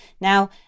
Now